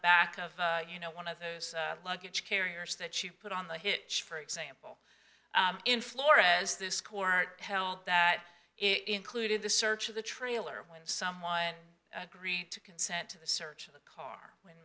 back of you know one of those luggage carriers that you put on the hitch for example in florida as this court held that it included the search of the trailer when someone agrees to consent to the search of the car w